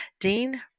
Dean